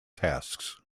tasks